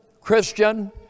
Christian